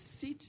sit